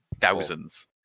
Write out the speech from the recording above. thousands